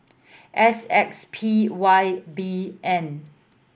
S X P Y B N